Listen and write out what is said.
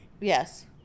Yes